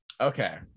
Okay